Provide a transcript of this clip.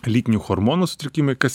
lytinių chormonų sutrikimai kas